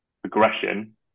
progression